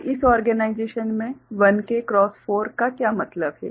और इस ओर्गेनाइजेशन मे 1K क्रॉस 4 का क्या मतलब है